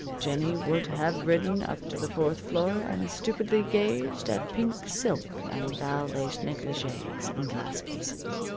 jennie would have ridden up to the fourth floor, and stupidly gazed at pink silk and val lace negligees in glass cases.